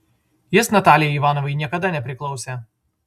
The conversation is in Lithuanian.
jis natalijai ivanovai niekada nepriklausė